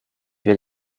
will